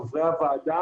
חברי הוועדה,